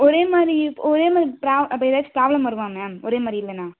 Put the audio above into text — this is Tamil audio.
ஒரே மாதிரி இப் ஒரே மாதிரி ப்ரா அப்போ எதாச்சும் ப்ராப்ளம் வருமா மேம் ஒரே மாதிரி இல்லைன்னா